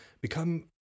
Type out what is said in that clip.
become